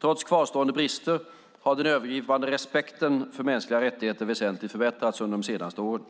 Trots kvarstående brister har den övergripande respekten för mänskliga rättigheter väsentligt förbättrats under de senaste åren.